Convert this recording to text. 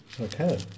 Okay